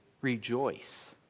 rejoice